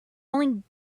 rolling